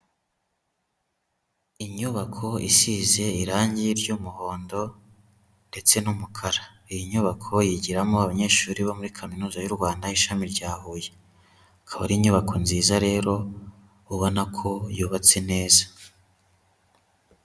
Inyubako isize irange ry'umuhondo ndetse n'umukara. Iyi nyubako yigiramo abanyeshuri bo muri kaminuza y'u Rwanda ishami rya Huye. Akaba ari inyubako nziza rero, ubona ko yubatse neza.